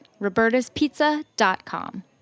Roberta'spizza.com